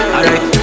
Alright